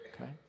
okay